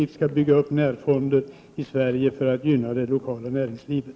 Vi har sagt att de successivt skall byggas upp för att gynna det totala näringslivet.